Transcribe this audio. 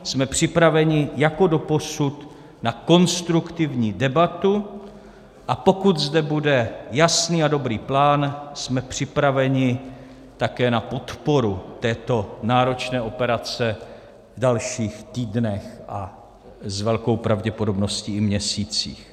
Jsme připraveni jako doposud na konstruktivní debatu, a pokud zde bude jasný a dobrý plán, jsme připraveni také na podporu této náročné operace v dalších týdnech a s velkou pravděpodobností i měsících.